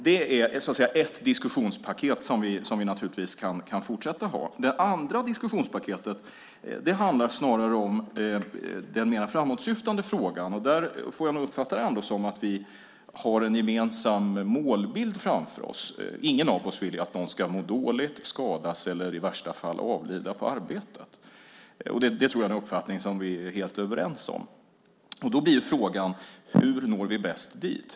Det här är ett diskussionspaket som vi kan fortsätta att ha. Det andra diskussionspaketet handlar snarare om den mer framåtsyftande frågan. Jag uppfattar det som att vi har en gemensam målbild framför oss. Ingen av oss vill att någon ska må dåligt, skadas eller i värsta fall avlida på arbetet. Det är en uppfattning som vi är helt överens om. Hur når vi bäst dit?